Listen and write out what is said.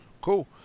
cool